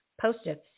Post-its